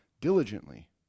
diligently